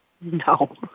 No